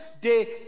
day